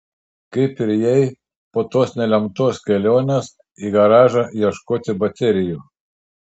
kaip ir jai po tos nelemtos kelionės į garažą ieškoti baterijų